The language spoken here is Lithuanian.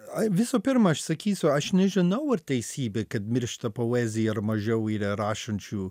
ai visų pirma aš sakysiu aš nežinau ar teisybė kad miršta poezija ar mažiau yra rašančių